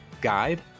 guide